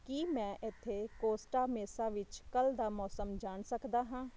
ਕੀ ਮੈਂ ਇੱਥੇ Costa Mesa ਵਿੱਚ ਕੱਲ੍ਹ ਦਾ ਮੌਸਮ ਜਾਣ ਸਕਦਾ ਹਾਂ